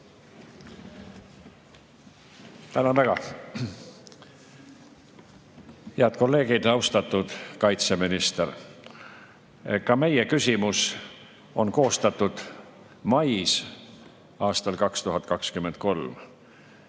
Tänan väga! Head kolleegid! Austatud kaitseminister! Ka meie küsimus on koostatud mais aastal 2023.